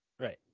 Right